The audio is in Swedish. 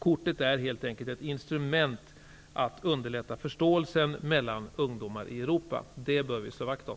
Kortet är helt enkelt ett instrument för att underlätta förståelsen mellan ungdomar i Europa. Det bör vi slå vakt om.